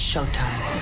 Showtime